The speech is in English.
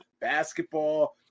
basketball